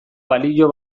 balio